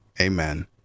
Amen